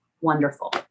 wonderful